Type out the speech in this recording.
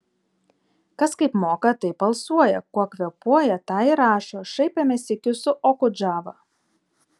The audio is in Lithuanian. kas kaip moka taip alsuoja kuo kvėpuoja tą ir rašo šaipėmės sykiu su okudžava